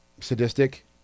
sadistic